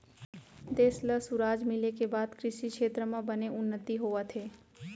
देस ल सुराज मिले के बाद कृसि छेत्र म बने उन्नति होवत हे